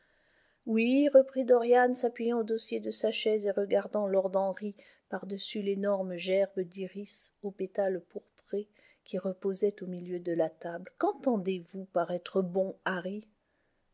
oui reprit dorian s'appuyant au dossier de sa chaise et regardant lord henry par-dessus l'énorme gerbe d'iris aux pétales pourprés qui reposait au milieu de la table qu'entendez-vous par être bon